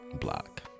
block